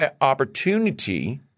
opportunity